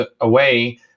away